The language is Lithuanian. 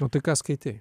o tai ką skaitei